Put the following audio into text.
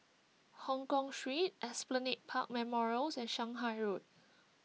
Hongkong Street Esplanade Park Memorials and Shanghai Road